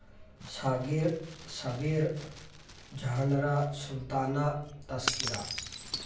Sagir Sabir Jahanara Sultana ꯇꯥꯁꯀꯤꯔꯥ